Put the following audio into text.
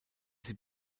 sie